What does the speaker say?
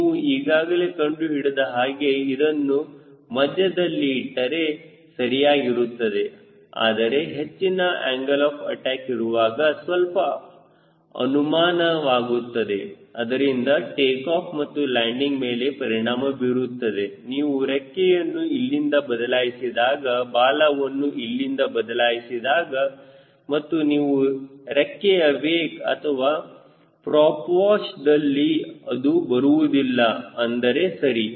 ನೀವು ಈಗಾಗಲೇ ಕಂಡು ಹಿಡಿದ ಹಾಗೆ ಇದನ್ನು ಮಧ್ಯದಲ್ಲಿ ಇಟ್ಟರೆ ಸರಿಯಾಗಿರುತ್ತದೆ ಆದರೆ ಹೆಚ್ಚಿನ ಆಂಗಲ್ ಆಫ್ ಅಟ್ಯಾಕ್ ಇರುವಾಗ ಸ್ವಲ್ಪ ಅನುಮಾನವಾಗುತ್ತದೆ ಅದರಿಂದ ಟೇಕಾಫ್ ಮತ್ತು ಲ್ಯಾಂಡಿಂಗ್ ಮೇಲೆ ಪರಿಣಾಮ ಬೀರುತ್ತದೆ ನೀವು ರೆಕ್ಕೆಯನ್ನು ಇಲ್ಲಿಂದ ಬದಲಾಯಿಸಿದಾಗ ಬಾಲವನ್ನು ಇಲ್ಲಿಂದ ಬದಲಾಯಿಸಿದಾಗ ಮತ್ತು ನೀವು ರೆಕ್ಕೆಯ ವೇಕ್ ಅಥವಾ ಪ್ರೊಫ ವಾಶ್ದಲ್ಲಿ ಅದು ಬರುವುದಿಲ್ಲ ಅಂದರೆ ಸರಿ